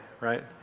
Right